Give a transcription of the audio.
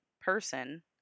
person